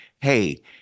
hey